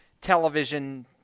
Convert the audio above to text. television